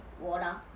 water